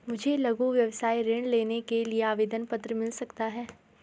मुझे लघु व्यवसाय ऋण लेने के लिए आवेदन पत्र मिल सकता है?